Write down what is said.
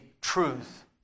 truth